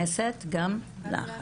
להקשיב.